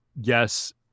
yes